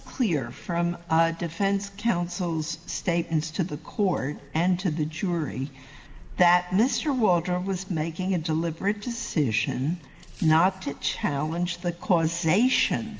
clear from defense counsel's statements to the court and to the jury that mr walker was making a deliberate decision not to challenge the course nation